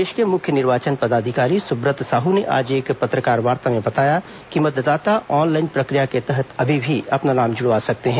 प्रदेश के मुख्य निर्वाचन पदाधिकारी सुब्रत साहू ने आज एक पत्रकारवार्ता में बताया कि मतदाता आनलाईन प्रक्रिया के तहत अभी भी अपना नाम जुड़वा सकते हैं